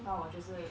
不然我就是